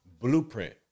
blueprint